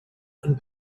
and